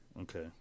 Okay